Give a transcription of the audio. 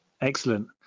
Excellent